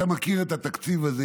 אתה מכיר את התקציב הזה,